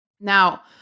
Now